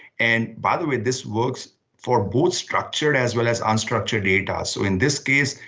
and by the way, this works for both structure as well as unstructured data, so in this case,